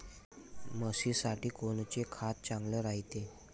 म्हशीसाठी कोनचे खाद्य चांगलं रायते?